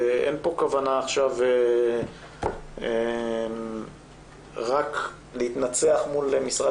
אין פה כוונה עכשיו רק להתנצח מול משרד